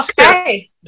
okay